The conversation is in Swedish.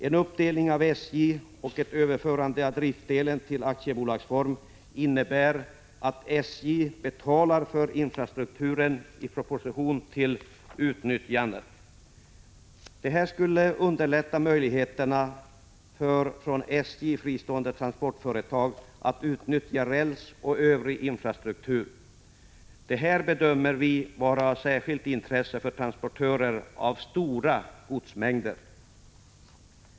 En uppdelning av SJ och ett överförande av driftdelen till aktiebolagsform innebär att SJ betalar för infrastrukturen i proportion till utnyttjandet. Det skulle förbättra möjligheterna för från SJ fristående transportföretag att utnyttja räls och övrig infrastruktur. Detta bedömer vi vara av särskilt intresse för transportörer av stora godsmängder.